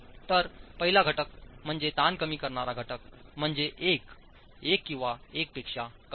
तर पहिला घटक म्हणजे ताण कमी करणारा घटक म्हणजे 1 1 किंवा 1 पेक्षा कमी